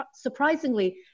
surprisingly